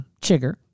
chigger